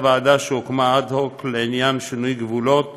ועדה שהוקמה אד-הוק לעניין שינוי גבולות